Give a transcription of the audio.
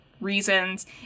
reasons